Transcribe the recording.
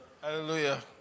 Hallelujah